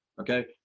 Okay